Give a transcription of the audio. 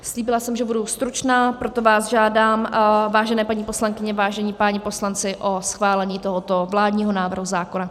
Slíbila jsem, že budu stručná, proto vás žádám, vážené paní poslankyně, vážení páni poslanci, o schválení tohoto vládního návrhu zákona.